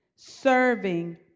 serving